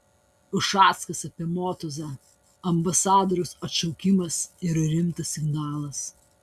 ušackas apie motuzą ambasadoriaus atšaukimas yra rimtas signalas